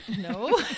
No